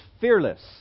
fearless